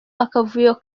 akavuyo